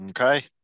Okay